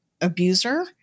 abuser